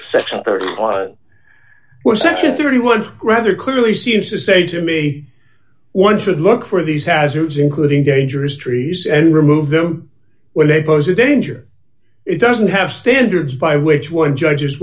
section thirty one section thirty one rather clearly seems to say to me one should look for these hazards including dangerous trees and remove them when they pose a danger it doesn't have standards by which one judges